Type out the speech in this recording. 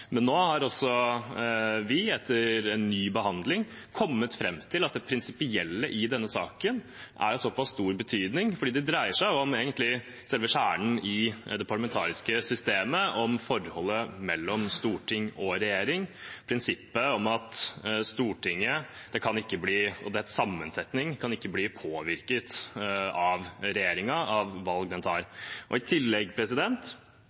Men nå har også vi, etter en ny behandling, kommet fram til at det prinsipielle i denne saken er av såpass stor betydning fordi det dreier seg om det som egentlig er selve kjernen i det parlamentariske systemet: forholdet mellom storting og regjering, prinsippet om at Stortinget og dets sammensetning ikke kan bli påvirket av regjeringen og